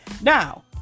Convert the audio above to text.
Now